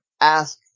ask